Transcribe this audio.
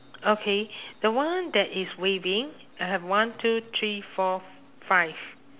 okay the one that is waving I have one two three four five